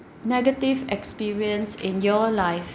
negative experience in your life